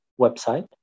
website